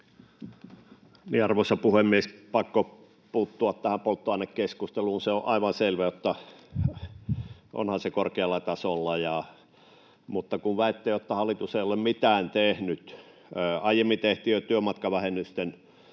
Arvoisa puhemies! Pakko puuttua tähän polttoainekeskusteluun. On aivan selvää, että onhan se korkealla tasolla, mutta kun väitetään, että hallitus ei ole mitään tehnyt: Aiemmin tehtiin jo työmatkavähennysten